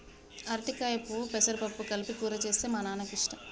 అరటికాయ పువ్వు పెసరపప్పు కలిపి కూర చేస్తే మా నాన్నకి ఇష్టం